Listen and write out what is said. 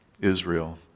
Israel